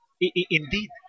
Indeed